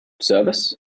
service